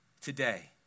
today